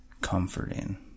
comforting